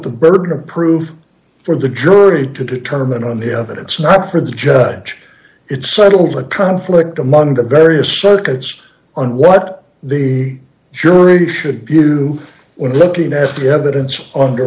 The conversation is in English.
the burden of proof for the jury to determine here that it's not for the judge it's settled a conflict among the various circuits on what the jury should view when looking at the evidence